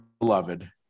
beloved